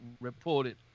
reported